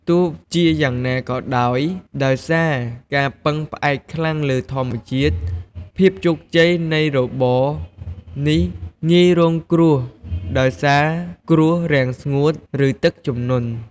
ទោះជាយ៉ាងណាក៏ដោយ ដោយសារការពឹងផ្អែកខ្លាំងលើធម្មជាតិ ភាពជោគជ័យនៃរបរនេះងាយរងគ្រោះដោយសារគ្រោះរាំងស្ងួត ឬទឹកជំនន់។